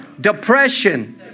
depression